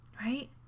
right